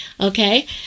okay